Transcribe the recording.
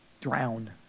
drown